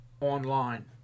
online